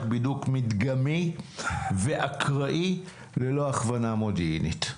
בידוק מדגמי ואקראי ללא הכוונה מודיעינית.